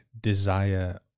desire